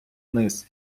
вниз